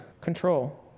Control